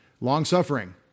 Long-suffering